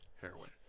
heroin